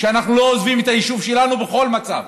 שאנחנו לא עוזבים את היישוב שלנו בכל מצב.